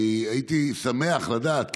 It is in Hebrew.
אני הייתי שמח לדעת,